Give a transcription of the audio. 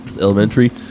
Elementary